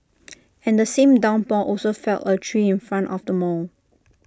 and the same downpour also felled A tree in front of the mall